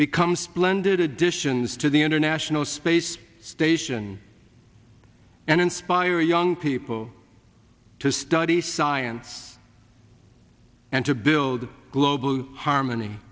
become splendid additions to the international space station and inspire young people to study science and to build global harmony